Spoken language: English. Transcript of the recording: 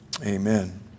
Amen